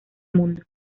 mundo